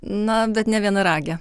na bet ne vienaragė